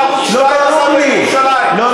איתן, על ירושלים לא מתפשרים.